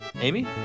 Amy